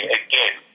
again